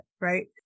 right